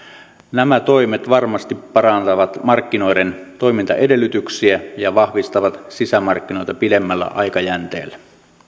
nämä toimet varmasti parantavat markkinoiden toimintaedellytyksiä ja vahvistavat sisämarkkinoita pidemmällä aikajänteellä